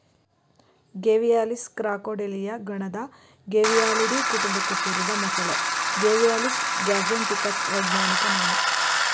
Gavialis Crocodilia ಗಣದ Gavialidae ಕುಟುಂಬಕ್ಕೆ ಸೇರಿದ ಮೊಸಳೆ ಗೇವಿಯಾಲಿಸ್ ಗ್ಯಾಂಜೆಟಿಕಸ್ ವೈಜ್ಞಾನಿಕ ನಾಮ